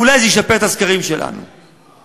אולי זה ישפר את המצב שלנו בסקרים.